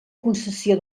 concessió